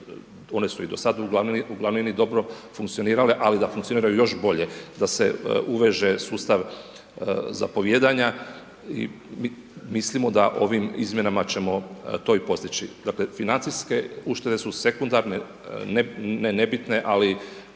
one su i do sada uglavnini dobro funkcionirale, ali da funkcioniraju još bolje, da se uveže sustav zapovijedanja, mislimo da ovim izmjenama ćemo to i postići. Dakle, financijske uštede su sekundarne, ne nebitne, ali